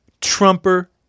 Trumper